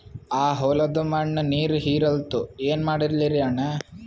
ಆ ಹೊಲದ ಮಣ್ಣ ನೀರ್ ಹೀರಲ್ತು, ಏನ ಮಾಡಲಿರಿ ಅಣ್ಣಾ?